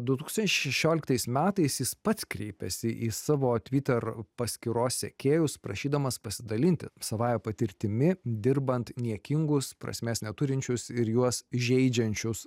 du tūkstančiai šešioliktais metais jis pats kreipėsi į savo twitter paskyros sekėjus prašydamas pasidalinti savąja patirtimi dirbant niekingus prasmės neturinčius ir juos žeidžiančius